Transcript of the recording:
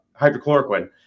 hydrochloroquine